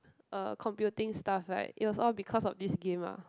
uh computing stuff right it was all because of this game lah